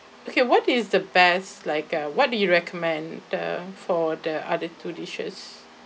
okay what is the best like uh what do you recommend the for the other two dishes